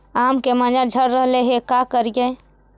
आम के मंजर झड़ रहले हे का करियै?